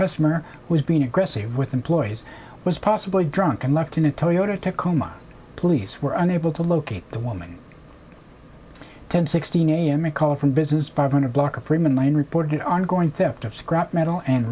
customer was being aggressive with employees was possibly drunk and left in a toyota tacoma police were unable to locate the woman ten sixteen a m a call from business five hundred block of freeman mine reported on going to ft of scrap metal and